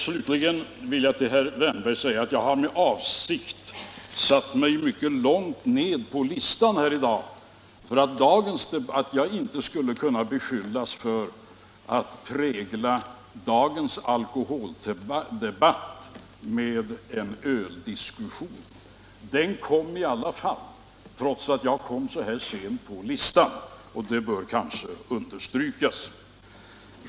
Slutligen vill jag säga till herr Wärnberg att jag har med avsikt satt mig mycket långt ner på talarlistan för att inte kunna beskyllas för att göra dagens alkoholdebatt till en öldiskussion. Den diskussionen kom i alla fall, långt innan jag deltog i debatten, och det bör kanske understrykas.